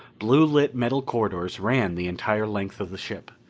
blue lit metal corridors ran the entire length of the ship.